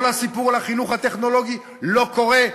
כל הסיפור על החינוך הטכנולוגי לא קורה,